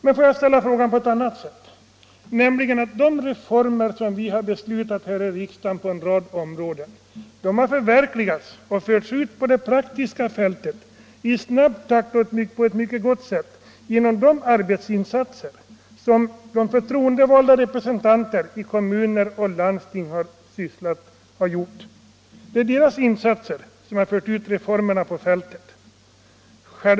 Men får jag ställa frågan på ett annat sätt? De reformer som vi har beslutat här i riksdagen på en rad områden har förverkligats och förts ut på fältet i snabb takt och på ett mycket bra sätt genom de arbetsinsatser, som de förtroendevalda representanterna i kommuner och landsting har gjort. Det är deras insatser som fört ut reformerna på fältet.